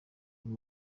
uyu